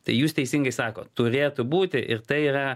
tai jūs teisingai sakot turėtų būti ir tai yra